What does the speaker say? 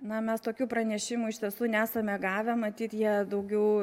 na mes tokių pranešimų iš tiesų nesame gavę matyt jie daugiau